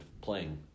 playing